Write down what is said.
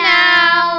now